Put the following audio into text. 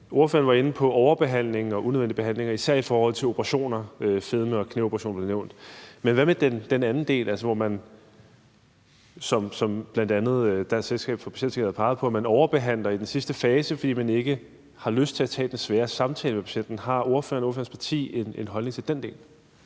Ordføreren var inde på overbehandling og unødvendige behandlinger, især i forhold til operationer – fedme- og knæoperationer blev nævnt – men hvad med den anden del, altså at man, som bl.a. Dansk Selskab for Patientsikkerhed har peget på, overbehandler i den sidste fase, fordi man ikke har lyst til at tage den svære samtale med patienten? Har ordføreren og ordførerens parti en holdning til den del?